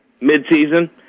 midseason